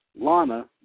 Lana